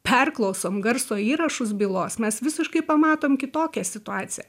perklausom garso įrašus bylos mes visiškai pamatom kitokią situaciją